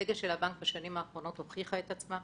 האסטרטגיה של הבנק בשנים האחרונות הוכיחה את עצמה.